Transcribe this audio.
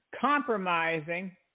compromising